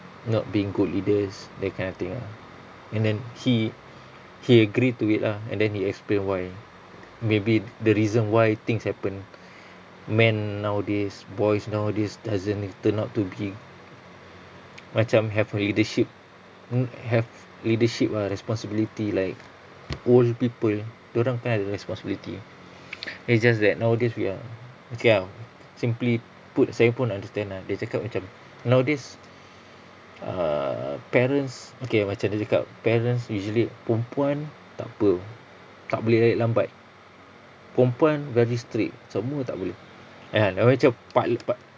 not being good leaders that kind of thing ah and then he he agree to it lah and then he explained why maybe the reason why things happen men nowadays boys nowadays doesn't turn out to be macam have a leadership have leadership ah responsibility like old people dorang kan ada responsibility it's just that nowadays we are okay ah simply put I also understand ah dia cakap macam nowadays err parents okay macam dia cakap parents usually perempuan takpe tak boleh balik lambat perempuan very strict semua tak boleh ya dia macam partly part